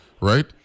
Right